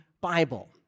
Bible